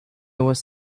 was